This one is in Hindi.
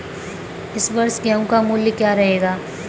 इस वर्ष गेहूँ का मूल्य क्या रहेगा?